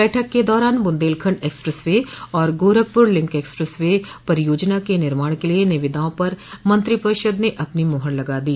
बैठक के दौरान बुन्देलखंड एक्सप्रेस वे और गोरखपुर लिंक एक्सप्रेस वे परियोजना के निर्माण के लिये निविदाओं पर मंत्रिपरिषद ने अपनी मोहर लगा दी